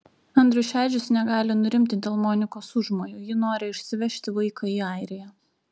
andrius šedžius negali nurimti dėl monikos užmojų ji nori išsivežti vaiką į airiją